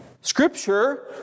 Scripture